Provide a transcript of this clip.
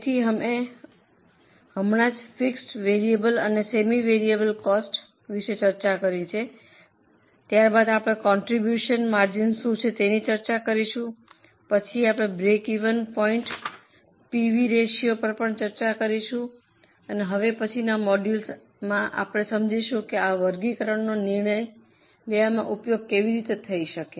તેથી અમે હમણાં જ ફિક્સડ વેરિયેબલ અને સેમી વેરિયેબલમાં કોસ્ટ વિશે ચર્ચા કરી છે ત્યાર બાદ આપણે કોન્ટ્રીબ્યુશન માર્જિન શું છે તેની ચર્ચા કરીશું અને પછી આપણે બ્રેકિવન પોઇન્ટ પીવી રેશિયો પર પણ ચર્ચા કરીશું અને હવે પછીના મોડ્યુલમાં આપણે સમજીશું કે આ વર્ગીકરણનો નિર્ણય લેવામાં ઉપયોગ કેવી રીતે થઈ શકે